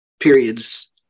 Periods